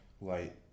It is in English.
Light